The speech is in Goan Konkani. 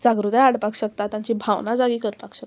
जागृताय हाडपाक शकता तांची भावना जागी करपाक शकता